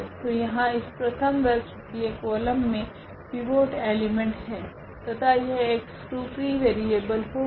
तो यहाँ इस प्रथम व तृतीय कॉलम मे पिवोट एलीमेंट है तथा यह x2 फ्री वेरिएबल होगा